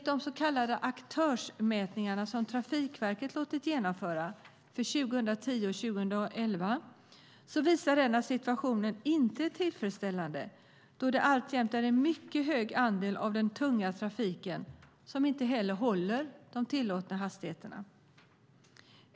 De så kallade aktörsmätningarna för 2010 och 2011, som Trafikverket lät genomföra, visar att situationen inte är tillfredsställande då alltjämt en mycket hög andel av den tunga trafiken inte håller de tillåtna hastigheterna.